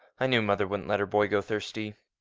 i knew mother wouldn't let her boy go thirsty.